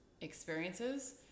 experiences